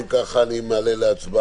אם כך, אני מעלה להצבעה